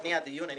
שלפני הדיון אני